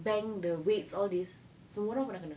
bang the weights all this semua orang pernah kena